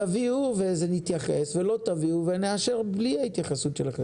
לגבי היכולת להתחשבן בין העולם הישן של מוניות לעולם החדש,